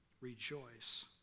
rejoice